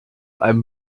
einem